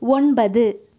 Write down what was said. ஒன்பது